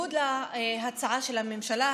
בניגוד להצעה של הממשלה,